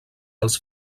els